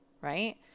right